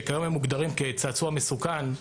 שכיום הם מוגדרים כצעצוע מסוכן,